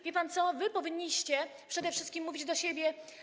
Wie pan, co wy powinniście przede wszystkim mówić do siebie?